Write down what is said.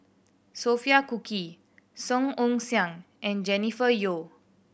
Sophia Cooke Song Ong Siang and Jennifer Yeo